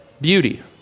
beauty